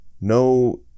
no